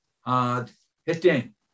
hard-hitting